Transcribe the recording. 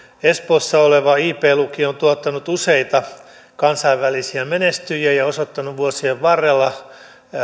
espoossa oleva ib lukio on tuottanut useita kansainvälisiä menestyjiä ja osoittanut vuosien varrella